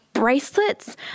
bracelets